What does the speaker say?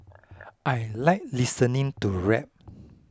I like listening to rap